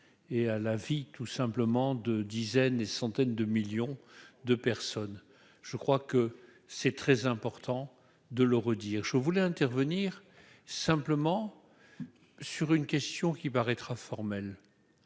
et la vie tout simplement, de dizaines et centaines de millions de personnes, je crois que c'est très important de le redire je voulais intervenir simplement sur une question qui paraîtra formelle,